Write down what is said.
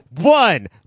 one